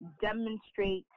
demonstrate